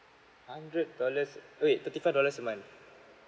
hundred dollars wait thirty five dollars a month